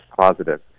positive